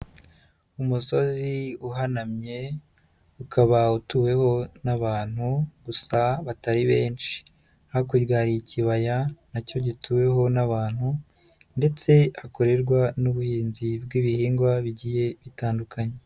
Umusozi uhanamye ukaba utuweho n'abantu gusa batari benshi, hakurya hari ikibaya nacyo gituweho n'abantu ndetse hakorerwa n'ubuhinzi bw'ibihingwa bigiye bitandukanye.